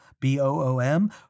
B-O-O-M